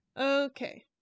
Okay